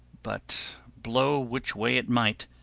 but, blow which way it might,